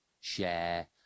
share